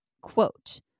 quote